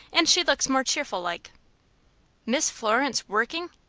and she looks more cheerful-like. miss florence workin'!